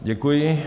Děkuji.